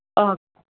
okay